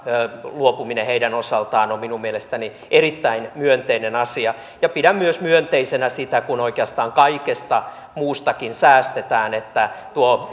luopuminen heidän osaltaan on minun mielestäni erittäin myönteinen asia ja pidän myös myönteisenä sitä kun oikeastaan kaikesta muustakin säästetään että tuo